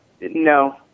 No